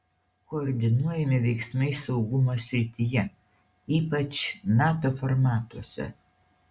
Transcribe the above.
koordinuojami veiksmai saugumo srityje ypač nato formatuose